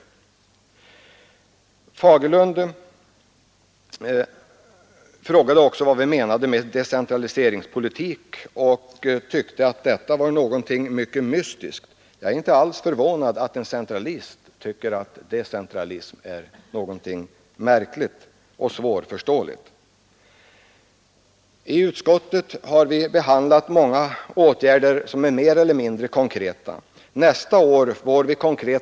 Herr Fagerlund frågade också vad vi menade med decentraliseringspolitik och tyckte att det var något mycket mystiskt. Jag är inte alls förvånad över att en centralist tycker att decentralism är något märkligt och svårförståeligt. I utskottet har vi nu behandlat många mer eller mindre konkreta åtgärder. Bl.